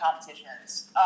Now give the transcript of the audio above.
competitions